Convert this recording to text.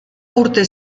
urte